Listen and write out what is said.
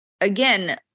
again